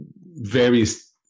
various